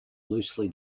loosely